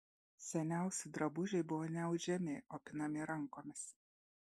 seniausi drabužiai buvo ne audžiami o pinami rankomis